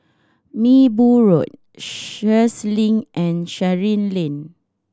Minbu Road Sheares Link and Chancery Lane